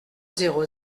zéro